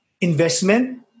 investment